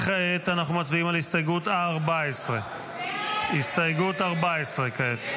כעת אנחנו מצביעים על הסתייגות 14. הסתייגות 14 כעת.